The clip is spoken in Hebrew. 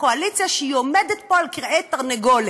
הקואליציה שהיא עומדת פה על כרעי תרנגולת?